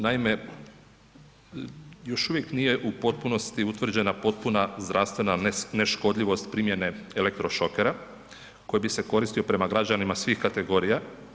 Naime, još uvijek nije u potpunosti utvrđena potpuna zdravstvena neškodljivost primjene elektrošokera koji bi se koristio prema građanima svih kategorija.